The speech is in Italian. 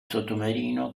sottomarino